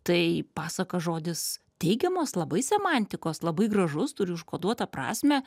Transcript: tai pasaka žodis teigiamos labai semantikos labai gražus turi užkoduotą prasmę